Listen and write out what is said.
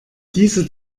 diese